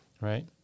right